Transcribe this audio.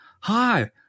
Hi